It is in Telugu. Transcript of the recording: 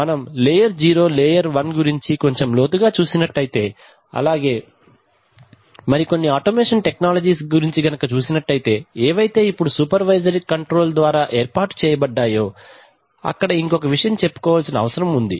మనం లేయర్ 0 లేయర్ 1 గురించి కొంచెం లోతుగా చూసినట్లయితే అలాగే మరికొన్ని ఆటోమేషన్ టెక్నాలజీస్ గురించి కనుక చూసినట్లయితే ఏవైతే ఇప్పుడు సూపర్వైజర్ కంట్రోల్ ద్వారా ఏర్పాటు చేయబడ్డాయో అక్కడ ఇంకొక విషయం చెప్పుకోవాల్సిన అవసరం ఉంది